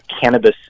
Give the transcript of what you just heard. cannabis